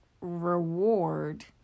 reward